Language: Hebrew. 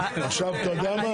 עכשיו אתה יודע מה?